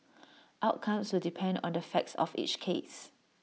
outcomes will depend on the facts of each case